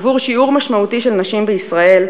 עבור שיעור משמעותי של נשים בישראל,